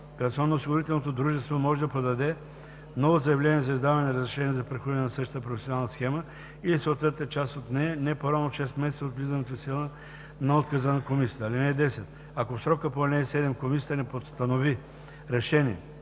пенсионноосигурителното дружество може да подаде ново заявление за издаване на разрешение за прехвърляне на същата професионална схема или съответната част от нея не по-рано от 6 месеца от влизането в сила на отказа на комисията. (10) Ако в срока по ал. 7 комисията не постанови решение,